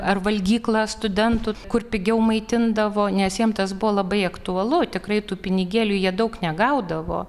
ar valgykla studentų kur pigiau maitindavo nes jiem tas buvo labai aktualu tikrai tų pinigėlių jie daug negaudavo